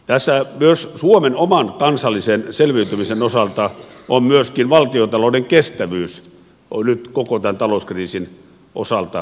tässä myös suomen oman kansallisen selviytymisen osalta on valtiontalouden kestävyys nyt koko tämän talouskriisin osalta eräs näkökulma